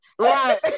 Right